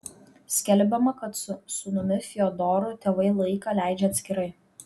skelbiama kad su sūnumi fiodoru tėvai laiką leidžia atskirai